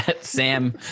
Sam